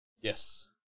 Yes